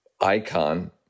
icon